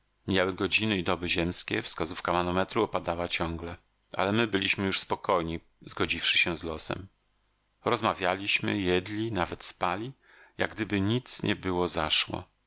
mijały godziny i doby ziemskie wskazówka manometru opadała ciągle ale my byliśmy już spokojni zgodziwszy się z losem rozmawialiśmy jedli nawet spali jak gdyby nic nie było zaszło